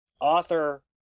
Author